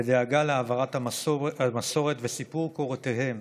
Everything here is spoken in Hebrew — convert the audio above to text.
בדאגה להעברת המסורת וסיפור קורותיהם